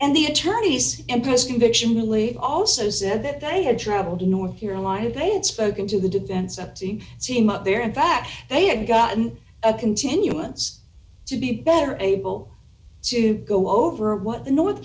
and the attorneys and press conviction really also said that they had traveled to north carolina they had spoken to the defense up to see him up there in fact they had gotten a continuance to be better able to go over what the north